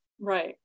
Right